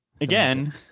again